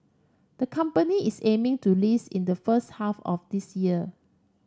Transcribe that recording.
the company is aiming to list in the first half of this year